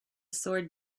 sword